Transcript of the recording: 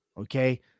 Okay